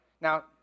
Now